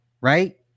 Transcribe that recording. right